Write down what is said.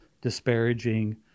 disparaging